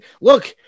look